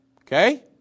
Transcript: Okay